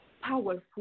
powerful